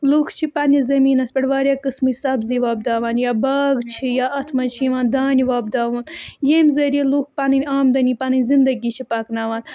لُکھ چھِ پنٛنِس زٔمیٖنَس پٮ۪ٹھ واریاہ قٕسمٕچ سبزی وۄپداوان یا باغ چھِ یا اَتھ منٛز چھِ یِوان دانہِ وۄپداوُن یٔمۍ ذٔریعہِ لُکھ پَنٕںۍ آمدٔنی پَنٕںۍ زندگی چھِ پَکناوان